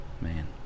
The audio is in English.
Man